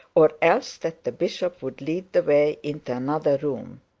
or else that the bishop would lead the way into another room.